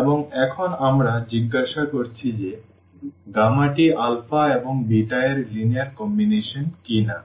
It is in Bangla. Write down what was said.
এবং এখন আমরা জিজ্ঞাসা করছি যে টি এবং এর লিনিয়ার কম্বিনেশন কিনা